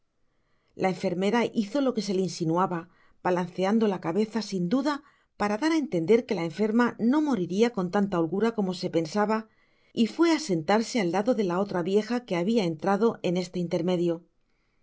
la enfermera hizo lo que se le insinuaba balanceando la cabeza sin duda para dar á entender que la enferma no moriria con tanta holgura como se pensaba y fué á sentarse al lado de la otra vieja que habia entrado en este intermedio